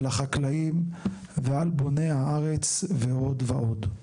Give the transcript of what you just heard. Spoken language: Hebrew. על החקלאים ועל בוני הארץ ועוד ועוד.